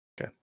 Okay